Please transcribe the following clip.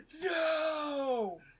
no